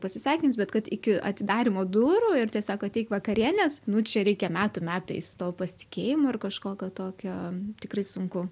pasisveikins bet kad iki atidarymo durų ir tiesiog ateik vakarienės nu čia reikia metų metais to pasitikėjimo ir kažkokio tokio tikrai sunku